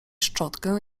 szczotkę